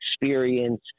experience